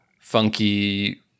funky